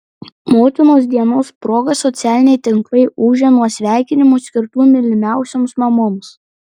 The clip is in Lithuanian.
motinos dienos proga socialiniai tinklai ūžė nuo sveikinimų skirtų mylimiausioms mamoms